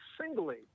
singly